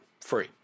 free